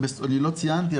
לא ציינתי,